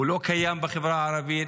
הוא לא קיים בחברה הערבית.